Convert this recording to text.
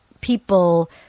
people